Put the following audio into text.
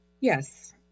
Yes